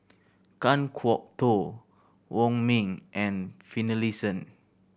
Kan Kwok Toh Wong Ming and Finlayson